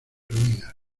ruinas